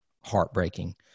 heartbreaking